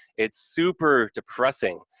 it's super depressing.